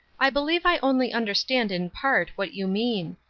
i believe i only understand in part what you mean.